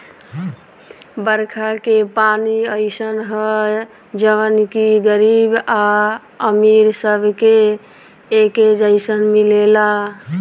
बरखा के पानी अइसन ह जवन की गरीब आ अमीर सबके एके जईसन मिलेला